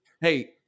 Hey